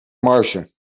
marge